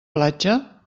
platja